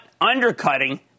undercutting